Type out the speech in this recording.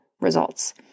results